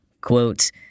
quote